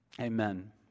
Amen